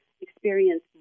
experience